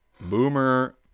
Boomer